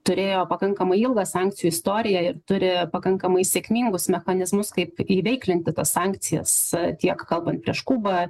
turėjo pakankamai ilgą sankcijų istoriją ir turi pakankamai sėkmingus mechanizmus kaip įveiklinti tas sankcijas tiek kalbant prieš kubą